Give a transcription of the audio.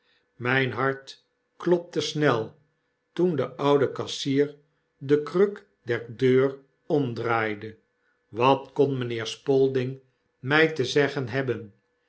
myn hart klopte snel toen de oude kassier de kruk der deur omdraaide wat kon mynheer spalding my te zeggen hebben